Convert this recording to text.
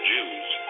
Jews